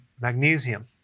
magnesium